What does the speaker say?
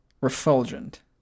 Refulgent